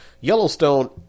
Yellowstone